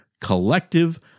collective